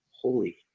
Holy